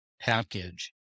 package